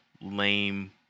lame